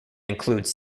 includes